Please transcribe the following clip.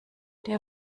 der